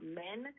men